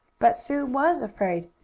but sue was afraid.